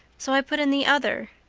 so i put in the other.